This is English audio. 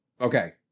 Okay